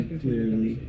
clearly